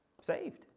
saved